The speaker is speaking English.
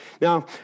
Now